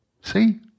See